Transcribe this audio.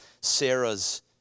Sarah's